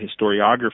historiography